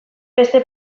beste